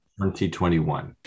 2021